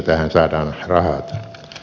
arvoisa puhemies